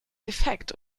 defekt